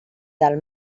del